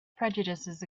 prejudices